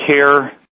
care